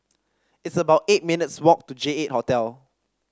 it's about eight minutes' walk to Jeight Hotel